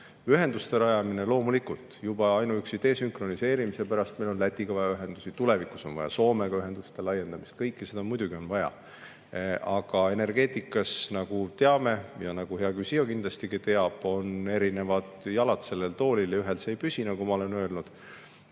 Ühenduste rajamine loomulikult! Juba ainuüksi desünkroniseerimise pärast on meil Lätiga vaja ühendusi ning tulevikus ka Soomega ühenduste laiendamist. Kõike seda on muidugi vaja. Aga energeetikas, nagu teame ja nagu hea küsija kindlasti teab, on erinevad jalad sellel toolil. Ühel see ei püsi, nagu ma olen öelnud.